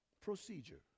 procedure